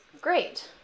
great